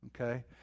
okay